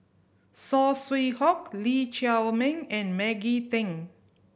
Saw Swee Hock Lee Chiaw Meng and Maggie Teng